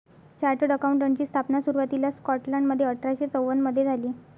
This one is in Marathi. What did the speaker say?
चार्टर्ड अकाउंटंटची स्थापना सुरुवातीला स्कॉटलंडमध्ये अठरा शे चौवन मधे झाली